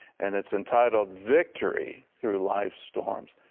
and it's entitled victory through life's storms.